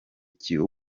cyo